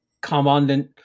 Commandant